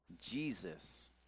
Jesus